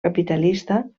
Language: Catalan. capitalista